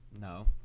No